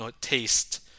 taste